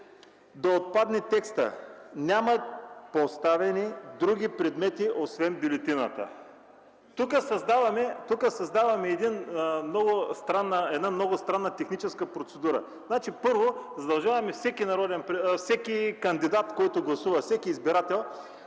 да отпадне текстът: „Няма поставени други предмети освен бюлетината”. Тук създаваме една много странна техническа процедура. Първо, задължаваме всеки избирател, който гласува, да